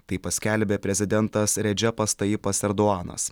taip paskelbė prezidentas redžepas taipas erduanas